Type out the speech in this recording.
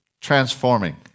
transforming